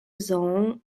zone